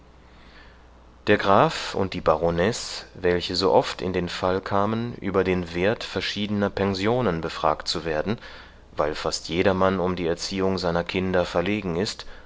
der graf und die baronesse welche so oft in den fall kamen über den wert verschiedener pensionen befragt zu werden weil fast jedermann um die erziehung seiner kinder verlegen ist